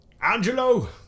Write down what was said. Angelo